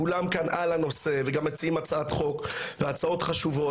כולם כאן על הנושא וגם מציעים הצעת חוק וההצעות חשובות,